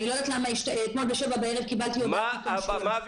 אני לא יודעת למה אתמול בשבע בערב קיבלתי הודעה --- מה ביקשתם?